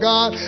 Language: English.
God